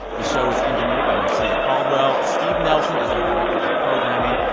the show was engineered by marcia caldwell. steve nelson is our director of programming.